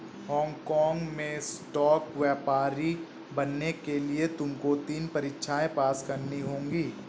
Hong काँग में stock व्यापारी बनने के लिए तुमको तीन परीक्षाएं पास करनी होंगी